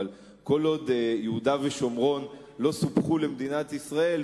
אבל כל עוד יהודה ושומרון לא סופחו למדינת ישראל,